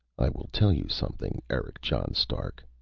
i will tell you something, eric john stark.